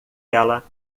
ela